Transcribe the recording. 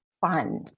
fun